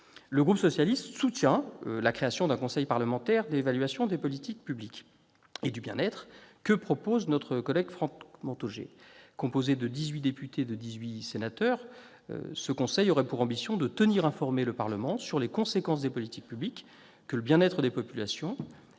la proposition de création d'un Conseil parlementaire d'évaluation des politiques publiques et du bien-être de notre collègue Franck Montaugé. Composé de dix-huit députés et de dix-huit sénateurs, ce conseil aurait pour ambition de tenir le Parlement informé des conséquences des politiques publiques sur le bien-être des populations,